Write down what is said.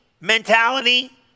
mentality